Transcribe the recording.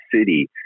City